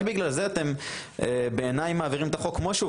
רק בגלל זה אתם בעיניי מעבירים את החוק כמו שהוא,